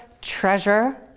treasure